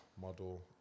model